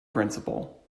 principal